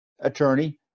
attorney